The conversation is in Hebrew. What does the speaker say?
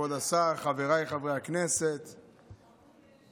כבוד השר, חבריי חברי הכנסת, ראשית,